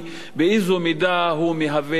באיזו מידה הוא מהווה סיכון,